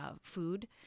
food